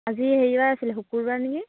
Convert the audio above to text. আজি হেৰি বাৰ আছিলে শুক্ৰবাৰ নেকি